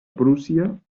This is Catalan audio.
prússia